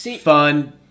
fun